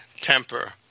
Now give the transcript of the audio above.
Temper